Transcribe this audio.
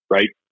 Right